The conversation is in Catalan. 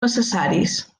necessaris